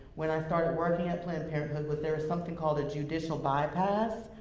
when i started working at planned parenthood, was there was something called a judicial bypass.